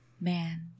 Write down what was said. man